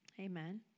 Amen